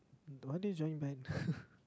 don't want them joining band